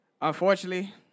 Unfortunately